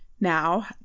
now